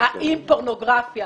האם פורנוגרפיה